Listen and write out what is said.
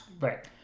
Right